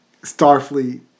Starfleet